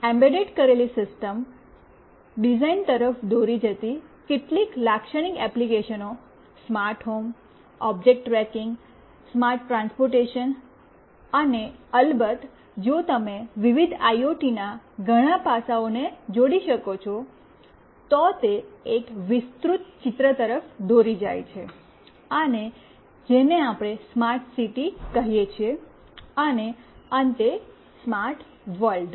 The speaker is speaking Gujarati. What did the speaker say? એમ્બેડ કરેલી સિસ્ટમ ડિઝાઇન તરફ દોરી જતી કેટલીક લાક્ષણિક એપ્લિકેશનો smart home object tracking smart transportation અને અલબત્ત જો તમે વિવિધ આઇઓટીના ઘણા પાસાઓને જોડી શકો છો તો તે એક વિસ્તૃત ચિત્ર તરફ દોરી જાય છે જેને આપણે સ્માર્ટ સિટી કહીએ છીએ અને અંતે સ્માર્ટ વર્લ્ડ